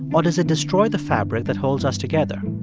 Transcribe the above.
or does it destroy the fabric that holds us together?